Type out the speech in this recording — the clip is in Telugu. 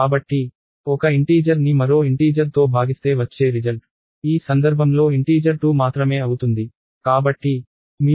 కాబట్టి ఒక ఇంటీజర్ ని మరో ఇంటీజర్ తో భాగిస్తే వచ్చే రిజల్ట్ ఈ సందర్భంలో ఇంటీజర్ 2 మాత్రమే అవుతుంది